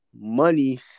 money